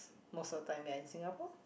most of the time you're in Singapore